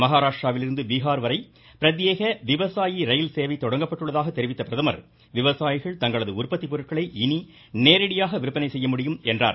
மகாராஷ்டிராவிலிருந்து பீஹார் வரை பிரத்யேக விவசாயி ரயில்சேவை தொடங்கப்பட்டுள்ளதாக தெரிவித்த பிரதமர் விவசாயிகள் தங்களது உற்பத்தி பொருட்களை இனி நேரடியாக விற்பனை செய்ய முடியும் என்றார்